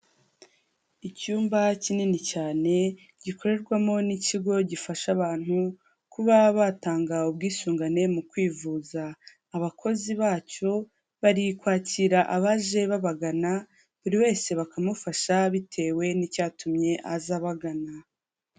Icyumba kinini cyane gikorerwamo n'ikigo gifasha abantu kuba batanga ubwisungane mu kwivuza. Abakozi bacyo bari kwakira abaje babagana, buri wese bakamufasha bitewe n'icyatumye aza abagana.